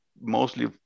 mostly